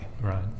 Right